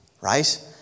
right